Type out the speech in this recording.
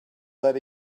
that